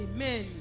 Amen